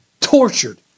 tortured